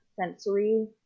sensory